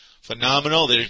phenomenal